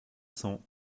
cents